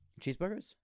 Cheeseburgers